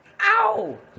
Ow